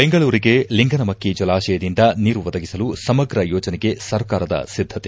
ಬೆಂಗಳೂರಿಗೆ ಲಿಂಗನಮಕ್ಷಿ ಜಲಾಶಯದಿಂದ ನೀರು ಒದಗಿಸಲು ಸಮಗ್ರ ಯೋಜನೆಗೆ ಸರ್ಕಾರದ ಸಿದ್ದತೆ